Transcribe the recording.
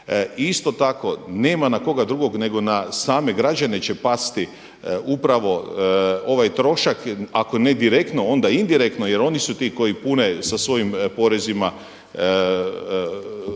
Isto tako nema na koga drugog nego na same građane će pasti upravo ovaj trošak, ako ne direktno onda indirektno jer oni su ti koji pune sa svojim porezima lokalni